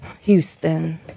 Houston